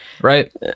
right